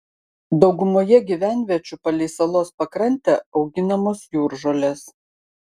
daugumoje gyvenviečių palei salos pakrantę auginamos jūržolės